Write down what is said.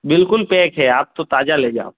बिल्कुल पेक है आपको ताज़ा है ले जाओ